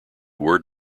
word